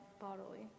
bodily